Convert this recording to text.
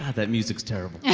that music's terrible yeah